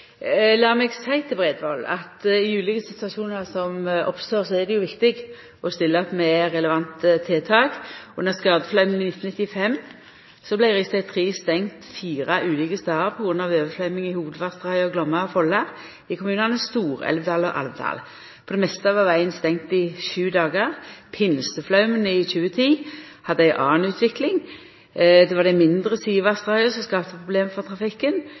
meg seia til Brevold at i ulike situasjonar som oppstår, er det viktig å stilla med relevante tiltak. Under skadeflaumen i 1995 vart rv. 3 stengd fire ulike stader på grunn av overfløyming i hovudvassdraget Glomma og Folla, i kommunane Stor-Elvdal og Alvdal. På det meste var vegen stengd i sju dagar. Pinseflaumen i 2010 hadde ei anna utvikling; det var dei mindre sidevassdraga som skapte problem for trafikken.